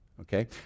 Okay